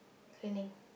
cleaning